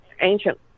ancient